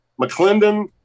McClendon